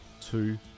two